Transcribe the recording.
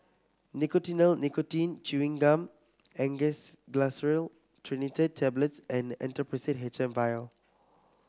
Nicotinell Nicotine Chewing Gum Angised Glyceryl Trinitrate Tablets and Actrapid H M vial